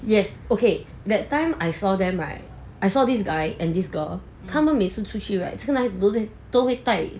yes okay that time I saw them right I saw this guy and this girl 他们每次 right 这个男孩子都会带